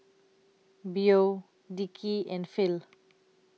Beau Dickie and Phil